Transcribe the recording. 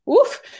oof